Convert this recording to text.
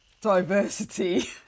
Diversity